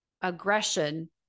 aggression